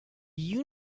you